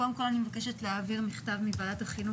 קודם כל אני מבקשת להעביר מכתב מוועדת החינוך,